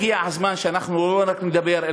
הגיע הזמן שאנחנו לא רק נדבר,